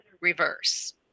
reverse